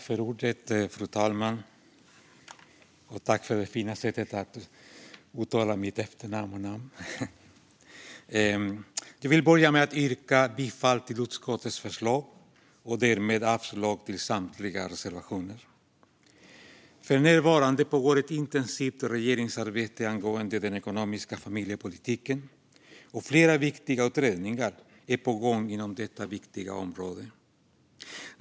Fru talman! Jag vill börja med att yrka bifall till utskottets förslag och därmed avslag på samtliga reservationer. För närvarande pågår ett intensivt regeringsarbete angående den ekonomiska familjepolitiken, och flera viktiga utredningar är på gång inom detta viktiga område.